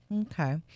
okay